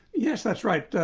yes, that's right.